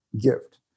Gift